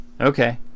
Okay